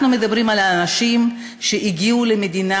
אנחנו מדברים על אנשים שהגיעו למדינה